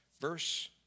verse